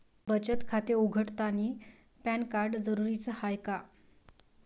बचत खाते उघडतानी पॅन कार्ड जरुरीच हाय का?